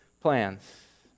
plans